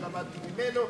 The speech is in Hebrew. ולמדתי ממנו,